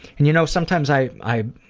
and you know sometimes i i